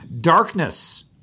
Darkness